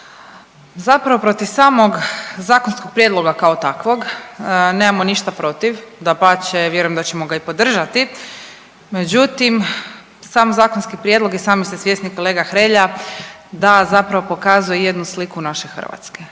Zapravo protiv samog zakonskog prijedloga kao takvog nemamo ništa protiv, dapače vjerujem da ćemo ga i podržati. Međutim, sam zakonski prijedlog i sami ste svjesni kolega Hrelja da zapravo pokazuje jednu sliku naše Hrvatske